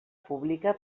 pública